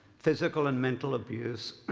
physical and mental abuse,